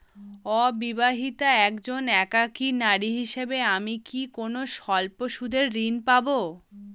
অবিবাহিতা একজন একাকী নারী হিসেবে আমি কি কোনো স্বল্প সুদের ঋণ পাব?